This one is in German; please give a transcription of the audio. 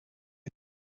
ist